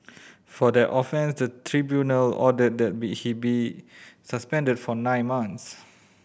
for that offence the tribunal ordered that be he be suspended for nine months